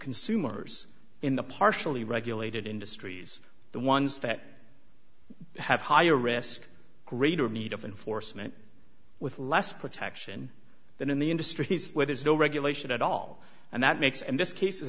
consumers in the partially regulated industries the ones that have higher risk greater need of an foresman with less protection than in the industry where there's no regulation at all and that makes and this case